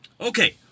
Okay